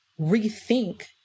rethink